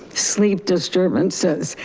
sleep disturbances,